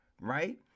right